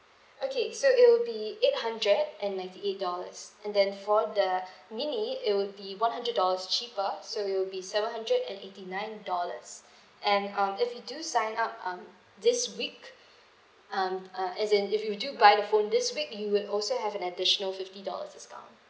okay so it will be eight hundred and ninety eight dollars and then for the mini it would be one hundred dollars cheaper so it will be seven hundred and eighty nine dollars and um if you do sign up um this week um uh as in if you do buy the phone this week you would also have an additional fifty dollars discount